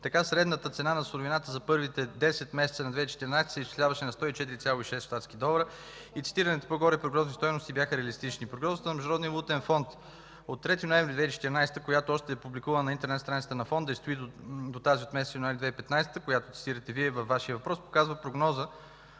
Така средната цена на суровината за първите десет месеца на 2014 г. се изчисляваше на 104,6 щатски долара и цитираните по-горе прогнозни стойности бяха реалистични. Прогнозата на Международния валутен фонд от 3 ноември 2014 г., която още е публикувана на интернет страницата на Фонда, и стои до тази от месец януари 2015 г., която цитирате Вие във Вашия въпрос, показва прогнозна